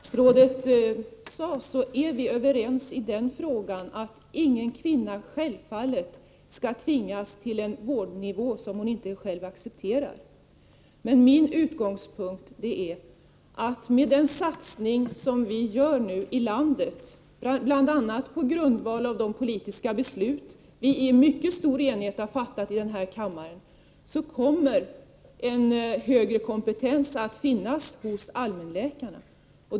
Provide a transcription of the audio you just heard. Herr talman! Precis som statsrådet sade är vi överens om att självfallet ingen kvinna skall tvingas till en vårdnivå som hon inte själv accepterar. Men min utgångspunkt är att med den satsning som vi nu gör i landet, bl.a. på grundval av de politiska beslut som vi i mycket stor enighet har fattat i denna kammare, kommer en högre kompetens att finnas hos allmänläkarna.